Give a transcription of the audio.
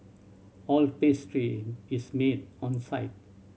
all pastry is made on site